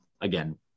Again